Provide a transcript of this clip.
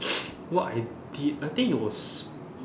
what I did I think it was